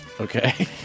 Okay